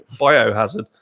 Biohazard